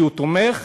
שהוא תומך